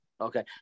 okay